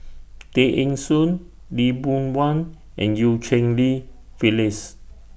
Tay Eng Soon Lee Boon Wang and EU Cheng Li Phyllis